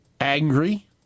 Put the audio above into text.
angry